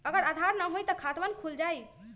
अगर आधार न होई त खातवन खुल जाई?